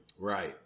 Right